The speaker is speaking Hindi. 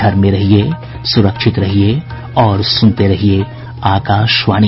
घर में रहिये सुरक्षित रहिये और सुनते रहिये आकाशवाणी